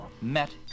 met